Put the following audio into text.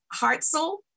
Hartzell